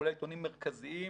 כולל עיתונים מרכזיים,